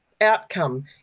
outcome